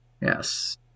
Yes